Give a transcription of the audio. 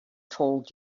told